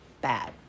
bad